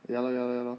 ya lor ya lor ya lor